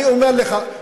אני אומר לך,